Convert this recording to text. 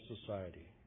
society